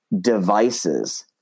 devices